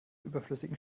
überflüssigen